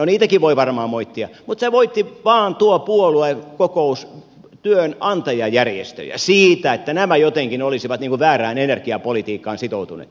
no niitäkin voi varmaan moittia mutta tuo puoluekokous moitti vain työnantajajärjestöjä siitä että nämä jotenkin olisivat väärään energiapolitiikkaan sitoutuneita